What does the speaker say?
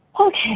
Okay